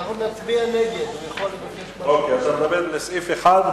אתה מדבר על סעיף 1,